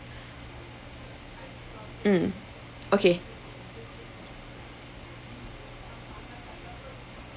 mm okay